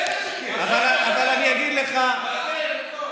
בטח שכן.